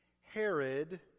Herod